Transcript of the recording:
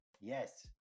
Yes